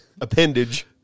appendage